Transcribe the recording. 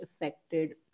affected